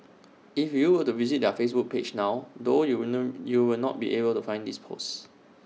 if you were to visit their Facebook page now though you no you will not be able to find this post